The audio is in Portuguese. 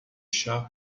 chá